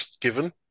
given